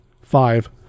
five